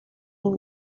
and